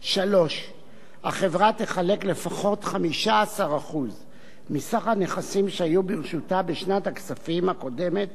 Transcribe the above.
3. החברה תחלק לפחות 15% מסך הנכסים שהיו ברשותה בשנת הכספים הקודמת,